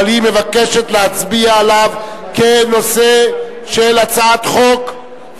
אבל היא מבקשת להצביע עליו כנושא של הצעת חוק,